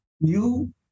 new